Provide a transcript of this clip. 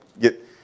get